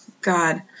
God